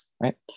right